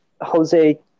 Jose